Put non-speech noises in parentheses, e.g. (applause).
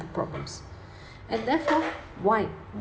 problems (breath) and therefore why